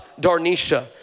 Darnisha